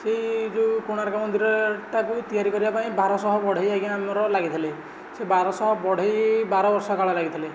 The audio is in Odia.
ସେଇ ଯେଉଁ କୋଣାର୍କ ମନ୍ଦିରଟାକୁ ତିଆରି କରିବା ପାଇଁ ବାରଶହ ବଢ଼େଇ ଆଜ୍ଞା ଆମର ଲାଗିଥିଲେ ସେ ବାରଶହ ବଢ଼େଇ ବାରବର୍ଷ କାଳ ଲାଗିଥିଲେ